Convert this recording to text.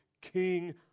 king